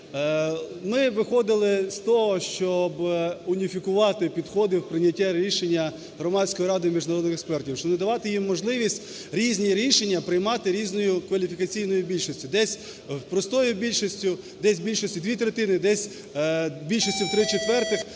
Ми виходили з того, щоб уніфікувати підходи у прийнятті рішення Громадською радою міжнародних експертів, щоб не давати їм можливість різні рішення приймати різною кваліфікаційною більшістю: десь простою більшістю, десь більшістю дві третини, десь більшістю в три четвертих.